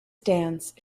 dance